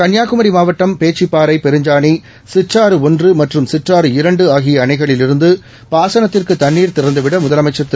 கன்னியாகுமரி மாவட்டம் பேச்சிப்பாறை பெருஞ்சாணி சிற்றாறு ஒன்று மற்றும் சிற்றாறு இரண்டு ஆகிய அணைகளில் இருந்து பாசனத்திற்கு தண்ணீர் திறந்துவிட முதலமைச்சர் திரு